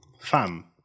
Fam